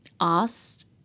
asked